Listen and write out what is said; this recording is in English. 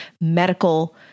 medical